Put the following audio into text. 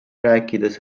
rääkides